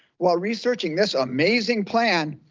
while researching this amazing plan.